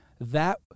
that-